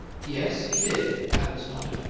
yes, he did. adams nodded.